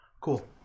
Cool